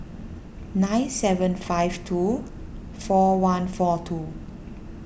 nine seven five two four one four two